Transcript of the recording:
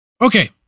Okay